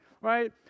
right